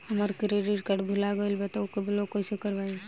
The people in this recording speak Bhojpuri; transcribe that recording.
हमार क्रेडिट कार्ड भुला गएल बा त ओके ब्लॉक कइसे करवाई?